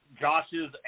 Josh's